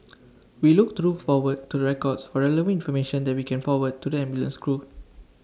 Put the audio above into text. we look through forward to records for relevant information that we can forward to the ambulance crew